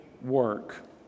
work